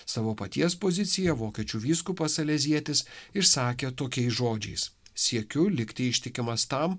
savo paties poziciją vokiečių vyskupas salezietis išsakė tokiais žodžiais siekiu likti ištikimas tam